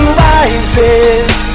rises